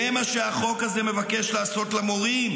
זה מה שהחוק הזה מבקש לעשות למורים,